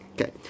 Okay